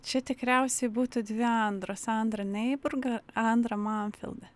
čia tikriausiai būtų dvi andros andra neiburga andra manfilde